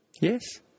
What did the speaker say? Yes